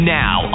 now